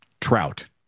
trout